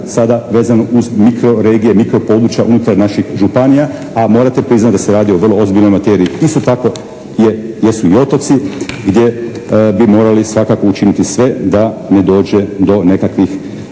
sada vezano uz mikro regije, mikro područja unutar naših županija a morate priznati da se radi o vrlo ozbiljnoj materiji. Isto tako jesu i otoci gdje bi morali svakako učiniti sve da ne dođe do nekakvih